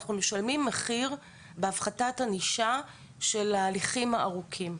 שאנחנו משלמים מחיר בהפחתת ענישה של ההליכים הארוכים.